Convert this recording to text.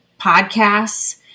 podcasts